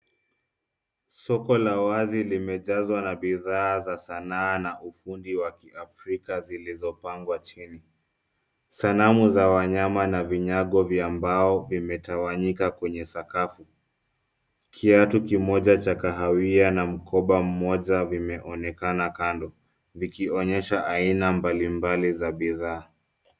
Soko la wazi limejazwa na bidhaa za sanaa na ufundi wa kiafrika zilizopangwa chini. Sanamu za wanyama na vinyago vya mbao vimetawanyika kwenye sakafu. Kiatu kimoja cha kahawia na mkoba mmoja vimeonekana kando vikionyesha aina mbalimbali za bidhaa.